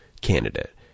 candidate